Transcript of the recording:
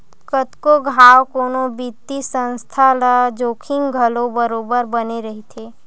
कतको घांव कोनो बित्तीय संस्था ल जोखिम घलो बरोबर बने रहिथे